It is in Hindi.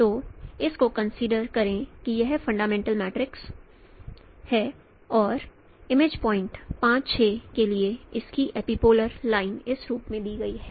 तो इस को कंसीडर करें कि यह फंडामेंटल मैट्रिक्स है और इमेज पॉइंट् 5 6 के लिए इसकी एपीपोलर लाइन इस रूप में दी गई है